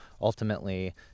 ultimately